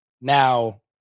now